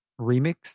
remix